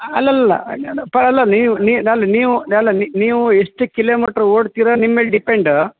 ಅಲ್ಲಲ್ಲಲ್ಲ ಪ ಅಲ್ಲ ನೀವು ಅಲ್ಲ ನೀವು ಅಲ್ಲ ನೀವು ಎಷ್ಟು ಕಿಲೋಮೀಟ್ರ್ ಓಡ್ತಿರಾ ನಿಮ್ಮ ಮೇಲೆ ಡಿಪೆಂಡ್